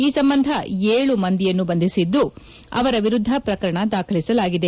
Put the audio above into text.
ಈ ಸಂಬಂಧ ಏಳು ಮಂದಿಯನ್ನು ಬಂಧಿಸಿದ್ದು ಅವರ ವಿರುದ್ದ ಪ್ರಕರಣ ದಾಖಲಿಸಲಾಗಿದೆ